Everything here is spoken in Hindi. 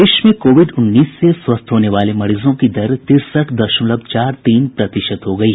प्रदेश में कोविड उन्नीस से स्वस्थ होने वाले मरीजों की दर तिरसठ दशमलव चार तीन प्रतिशत हो गयी